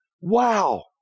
Wow